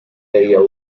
ariel